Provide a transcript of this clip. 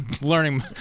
learning